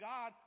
God